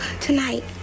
tonight